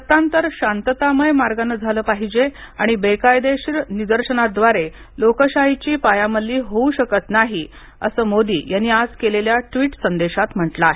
सत्तांतर शांततामय मार्गानं झालं पाहिजे आणि बेकायदेशीर निदर्शनांद्वारे लोकशाहीची पायमल्ली होऊ शकत नाही असं मोदी यांनी आज केलेल्या ट्विट संदेशांमध्ये म्हटलं आहे